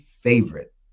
favorite